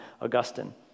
Augustine